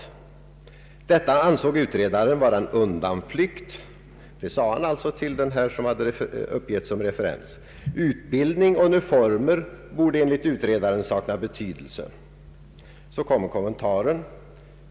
Detta ansåg utredaren vara en undanflykt. Det sade han också till A. Utbildning under former borde enligt utredaren sakna betydelse.